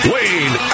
Wayne